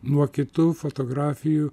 nuo kitų fotografijų